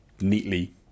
neatly